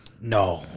no